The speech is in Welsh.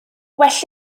well